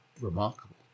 remarkable